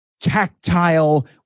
tactile